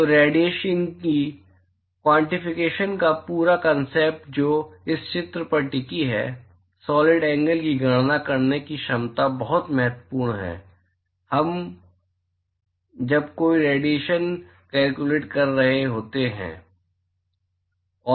तो रेडिएशन के क्यॉनटीफिकेशन का पूरा कॉन्सेप्ट जो इस चित्र पर टिकी है सॉलिड एंगल की गणना करने की क्षमता बहुत महत्वपूर्ण है जब हम कोई रेडिएशन कैल्कुयलेट कर रहे होते हैं